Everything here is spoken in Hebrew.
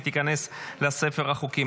ותיכנס לספר החוקים.